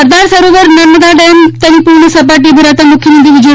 સરદાર Sarovar Narmada dam તેની પૂર્ણ સપાટીએ ભરાતાં મુખ્યમંત્રી શ્રી વિજય